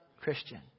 Christian